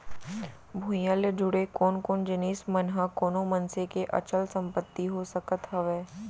भूइयां ले जुड़े कोन कोन जिनिस मन ह कोनो मनसे के अचल संपत्ति हो सकत हवय?